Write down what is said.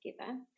together